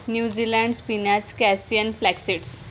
New Zealand spinach कॅसियन flaxseeds